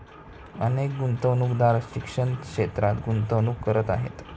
अनेक गुंतवणूकदार शिक्षण क्षेत्रात गुंतवणूक करत आहेत